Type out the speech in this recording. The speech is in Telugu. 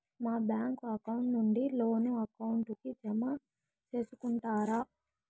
మా బ్యాంకు అకౌంట్ నుండి లోను అకౌంట్ కి జామ సేసుకుంటారా?